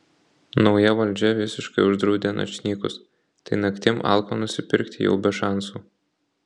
nauja valdžia visiškai uždraudė načnykus tai naktim alko nusipirkt jau be šansų